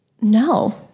No